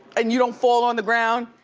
and you don't fall on the ground.